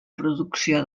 producció